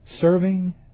Serving